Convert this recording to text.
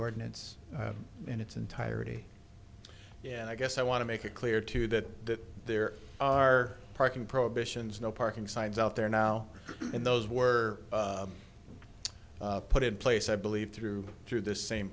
ordinance in its entirety and i guess i want to make it clear to you that there are parking prohibitions no parking signs out there now and those were put in place i believe through through this same